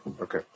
Okay